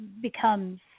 becomes